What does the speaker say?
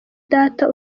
data